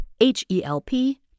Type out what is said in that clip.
H-E-L-P